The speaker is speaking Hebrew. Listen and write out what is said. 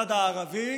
מהצד הערבי